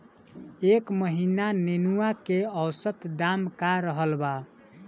एह महीना नेनुआ के औसत दाम का रहल बा?